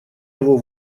его